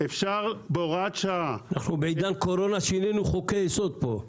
אבל אפשר בהוראת שעה --- בעידן הקורונה שינינו פה חוקי יסוד.